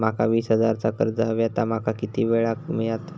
माका वीस हजार चा कर्ज हव्या ता माका किती वेळा क मिळात?